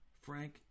Frank